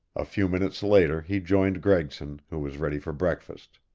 a few minutes later he joined gregson, who was ready for breakfast.